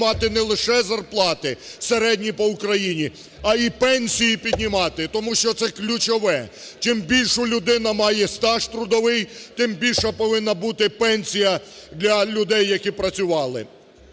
піднімати не лише зарплати, середні по Україні, але й пенсії піднімати. Том що це ключове: чим більший людина має стаж трудовий, тим більша повинна бути пенсія для людей, які працювали.